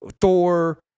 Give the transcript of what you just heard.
Thor